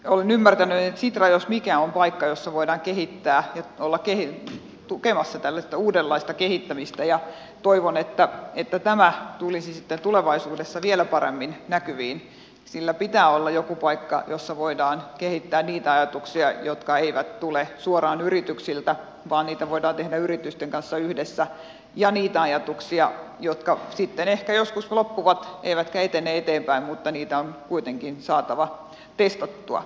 olen ymmärtänyt että sitra jos mikä on paikka jossa voidaan kehittää ja olla tukemassa tällaista uudenlaista kehittämistä ja toivon että tämä tulisi sitten tulevaisuudessa vielä paremmin näkyviin sillä pitää olla joku paikka jossa voidaan kehittää niitä ajatuksia jotka eivät tule suoraan yrityksiltä vaan niitä voidaan tehdä yritysten kanssa yhdessä ja niitä ajatuksia jotka sitten ehkä joskus loppuvat eivätkä etene eteenpäin mutta niitä on kuitenkin saatava testattua